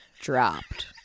dropped